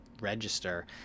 register